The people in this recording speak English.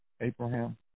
Abraham